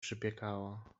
przypiekało